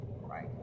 right